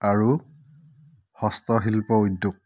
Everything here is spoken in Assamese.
আৰু হস্তশিল্প উদ্যোগ